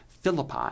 Philippi